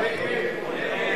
ההצעה להסיר מסדר-היום